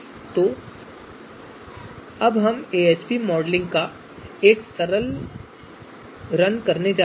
तो अब हम AHP मॉडलिंग का एक सरल रन करने जा रहे हैं